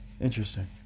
interesting